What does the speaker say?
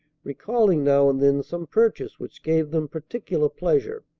recalling now and then some purchase which gave them particular pleasure.